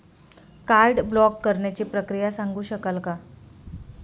Card block करण्याची प्रक्रिया सांगू शकाल काय?